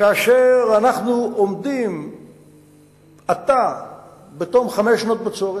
כאשר אנחנו עומדים עתה בתום חמש שנות בצורת,